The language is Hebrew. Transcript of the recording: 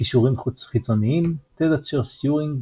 קישורים חיצוניים תזת צ'רץ'-טיורינג,